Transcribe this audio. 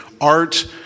art